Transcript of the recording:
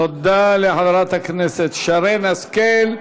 תודה לחברת הכנסת שרן השכל.